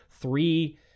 three